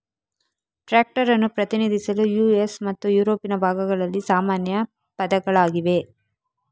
tractor ಅನ್ನು ಪ್ರತಿನಿಧಿಸಲು US ಮತ್ತು ಯುರೋಪಿನ ಭಾಗಗಳಲ್ಲಿ ಸಾಮಾನ್ಯ ಪದಗಳಾಗಿವೆ